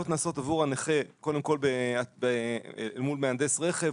הנכה קודם כל מול מהנדס רכב,